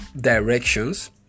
directions